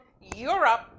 Europe